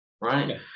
Right